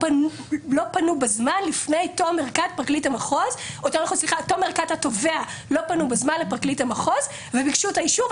פנו אל פרקליט המחוז בזמן שלפני תום ארכת התובע וביקשו את האישור,